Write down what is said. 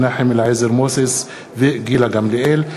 מנחם אליעזר מוזס וגילה גמליאל.